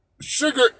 Sugar